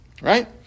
right